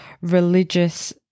religious